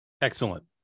Excellent